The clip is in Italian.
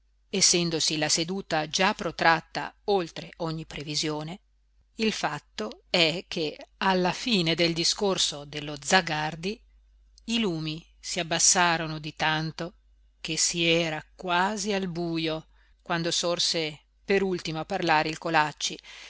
essendosi la seduta già protratta oltre ogni previsione il fatto è che alla fine del discorso dello zagardi i lumi si abbassarono di tanto che si era quasi al bujo quando sorse per ultimo a parlare il colacci